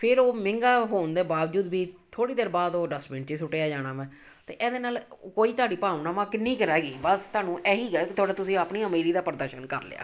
ਫੇਰ ਉਹ ਮਹਿੰਗਾ ਹੋਣ ਦੇ ਬਾਵਜੂਦ ਵੀ ਥੋੜ੍ਹੀ ਦੇਰ ਬਾਅਦ ਉਹ ਡਸਟਬਿੰਨ 'ਚ ਸੁੱਟਿਆ ਜਾਣਾ ਵੈ ਅਤੇ ਇਹਦੇ ਨਾਲ ਕੋਈ ਤੁਹਾਡੀ ਭਾਵਨਾਵਾਂ ਕਿੰਨੀ ਕੁ ਰਹਿ ਗਈ ਬਸ ਤੁਹਾਨੂੰ ਇਹੀ ਹੈ ਤੁਹਾਡਾ ਤੁਸੀਂ ਆਪਣੀ ਅਮੀਰੀ ਦਾ ਪ੍ਰਦਰਸ਼ਨ ਕਰ ਲਿਆ